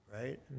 right